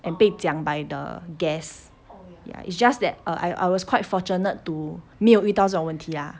and 被讲 by the guest ya it's just that I was quite fortunate to 没有遇到这种问题 lah